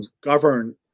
govern